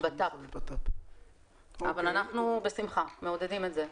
אבל אנחנו בשמחה, מעודדים את זה.